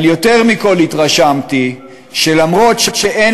אבל יותר מכול התרשמתי שאף-על-פי שאין